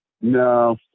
No